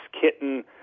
kitten